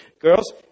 Girls